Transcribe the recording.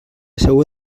seua